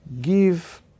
give